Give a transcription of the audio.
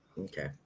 Okay